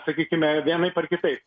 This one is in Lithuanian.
sakykim vienaip ar kitaip